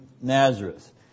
Nazareth